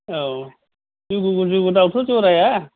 औ जुगुगु जुगुगु दाउथु ज'राया